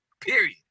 Period